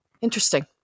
Interesting